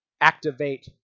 activate